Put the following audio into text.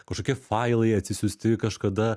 kažkokie failai atsisiųsti kažkada